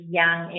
young